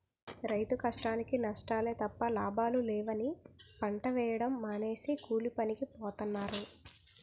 రైతు కష్టానికీ నష్టాలే తప్ప లాభాలు లేవని పంట వేయడం మానేసి కూలీపనికి పోతన్నారు